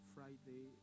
Friday